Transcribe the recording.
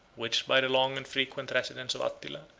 which, by the long and frequent residence of attila,